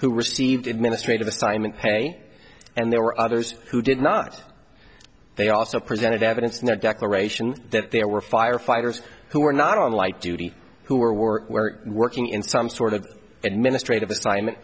who received administrative assignment pay and there were others who did not they also presented evidence in the declaration that there were firefighters who were not on light duty who were war working in some sort of administrative assignment